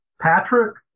Patrick